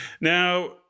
Now